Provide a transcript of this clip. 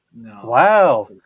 Wow